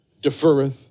deferreth